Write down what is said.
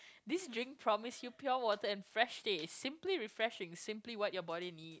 this drink promise you pure water and fresh taste simply refreshing simply what your body need